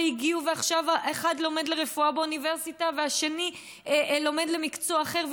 ועכשיו אחד לומד רפואה באוניברסיטה והשני לומד מקצוע אחר,